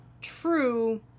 true